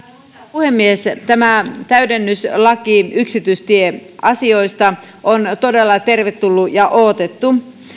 puhemies tämä täydennyslaki yksityistieasioista on todella tervetullut ja odotettu